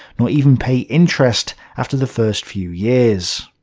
nor even pay interest after the first few years.